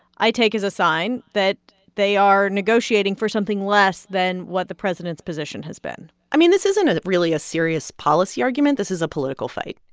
i take as a sign that they are negotiating for something less than what the president's position has been i mean, this isn't a really a serious policy argument. this is a political fight.